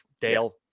Dale